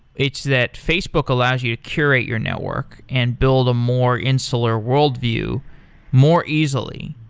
it's that facebook allows you to curate your network and build a more insular worldview more easily.